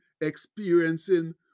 experiencing